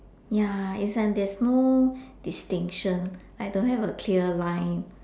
ya it's like there is no distinction like don't have a clear line